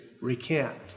recant